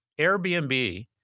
Airbnb